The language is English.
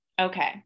Okay